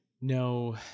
no